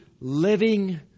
living